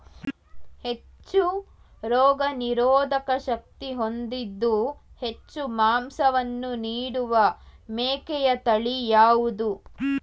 ಹೆಚ್ಚು ರೋಗನಿರೋಧಕ ಶಕ್ತಿ ಹೊಂದಿದ್ದು ಹೆಚ್ಚು ಮಾಂಸವನ್ನು ನೀಡುವ ಮೇಕೆಯ ತಳಿ ಯಾವುದು?